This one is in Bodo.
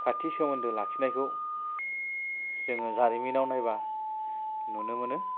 खाथि सोमोन्दो लाखिनायखौ जोङो जारिमिनाव नायबा नुनो मोनो